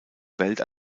welt